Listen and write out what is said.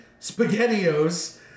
SpaghettiOs